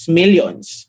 millions